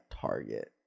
Target